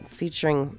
featuring